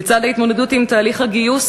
לצד ההתמודדות עם תהליך הגיוס,